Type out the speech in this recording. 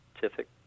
scientific